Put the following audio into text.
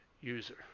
user